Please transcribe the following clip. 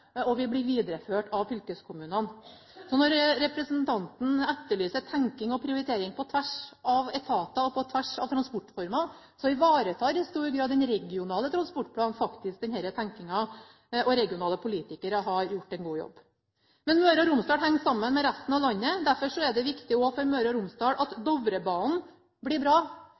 og de vil bli videreført av fylkeskommunene. Når representanten etterlyser tenkning og prioritering på tvers av etater og på tvers av transportformer, ivaretar den regionale transportplanen i stor grad denne tenkninga, og regionale politikere har gjort en god jobb. Men Møre og Romsdal henger sammen med resten av landet, derfor er det viktig også for Møre og Romsdal at Dovrebanen blir bra.